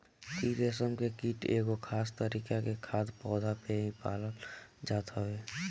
इ रेशम के कीट एगो खास तरीका के खाद्य पौधा पे ही पालल जात हवे